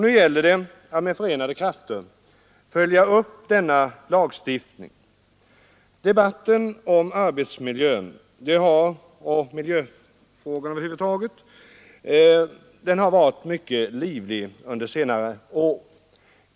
Nu gäller det att med förenade krafter följa upp denna lagstiftning. Debatten om arbetsmiljön och miljöfrågorna över huvud taget har varit mycket livlig under senare år.